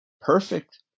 perfect